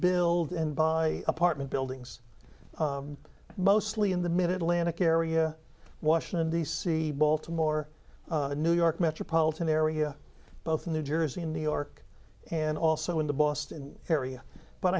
build and buy apartment buildings mostly in the mid atlantic area washington d c baltimore new york metropolitan area both in new jersey and new york and also in the boston area but